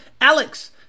Alex